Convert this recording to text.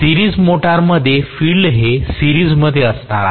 series मोटरमध्ये field हे सिरीजमध्ये असणार आहे